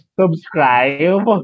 subscribe